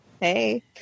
Hey